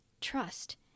trust